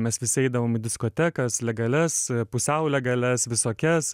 mes visi eidavom į diskotekas legalias pusiau legalias visokias